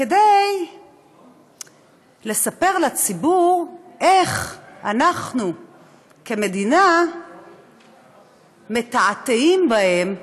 כדי לספר לציבור איך אנחנו כמדינה מתעתעים בהם,